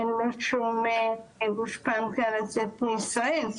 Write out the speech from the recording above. אין שום גושפנקא לא לצאת מישראל,